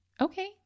okay